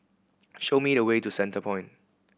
show me the way to Centrepoint